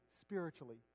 spiritually